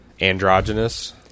Androgynous